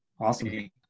Awesome